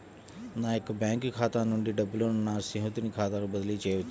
నా యొక్క బ్యాంకు ఖాతా నుండి డబ్బులను నా స్నేహితుని ఖాతాకు బదిలీ చేయవచ్చా?